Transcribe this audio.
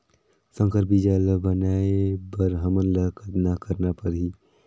संकर बीजा ल बनाय बर हमन ल कतना करना परही?